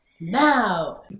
now